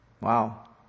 Wow